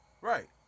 right